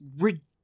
ridiculous